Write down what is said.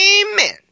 Amen